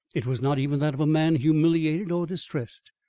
it was not even that of a man humiliated or distressed.